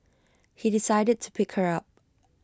he decided to pick her up